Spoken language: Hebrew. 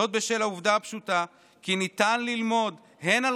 זאת בשל העובדה הפשוטה כי ניתן ללמוד הן על